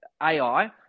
ai